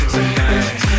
Tonight